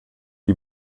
die